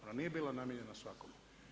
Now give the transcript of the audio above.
Ona nije bila namijenjena svakome.